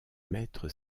maître